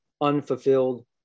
unfulfilled